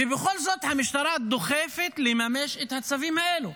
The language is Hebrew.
ובכל זאת המשטרה דוחפת לממש את הצווים האלה.